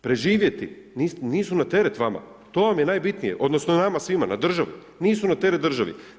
Preživjeti, nisu na teret vama, to vam je najbitnije, odnosno nama svima, na državi, nisu na teret državi.